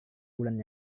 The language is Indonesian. bulan